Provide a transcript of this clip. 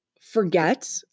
forget